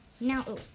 Now